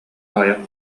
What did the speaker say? аҕыйах